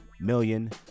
million